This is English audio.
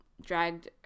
dragged